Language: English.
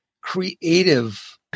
creative